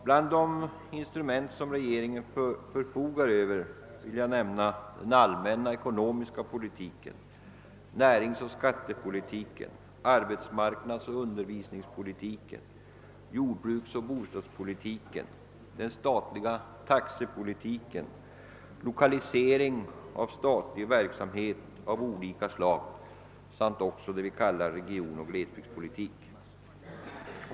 Bland de instrument som regeringen förfogar över vill jag nämna den allmänna ekonomiska politiken, näringsoch skattepolitiken, arbetsmarknadsoch undervisningspolitiken, jordbruksoch bostadspolitiken, den statliga taxepolitiken, lokalisering av statlig verksamhet av olika slag samt också det vi kallar regionoch glesbygdspolitik.